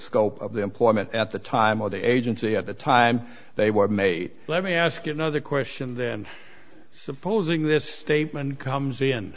scope of the employment at the time of the agency at the time they were may let me ask another question then supposing this statement comes in